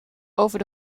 over